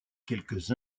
quelques